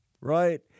right